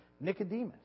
Nicodemus